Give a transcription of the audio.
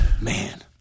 Man